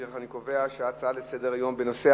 אני קובע שההצעה לסדר-היום בנושא: